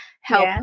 help